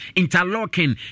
interlocking